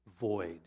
void